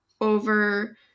over